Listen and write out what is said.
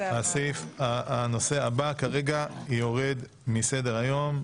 הנושא הבא יורד מסדר-היום,